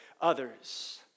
others